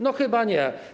No chyba nie.